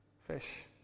Fish